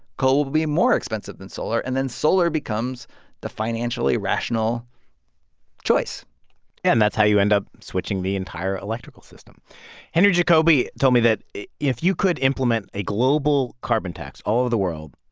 coal will be more expensive than solar. and then solar becomes the financially rational choice and that's how you end up switching the entire electrical system henry jacoby told me that if you could implement a global carbon tax all over the world,